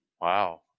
Wow